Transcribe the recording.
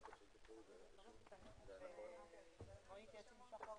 ננעלה בשעה